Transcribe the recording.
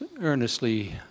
earnestly